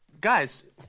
Guys